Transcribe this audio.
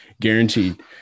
guaranteed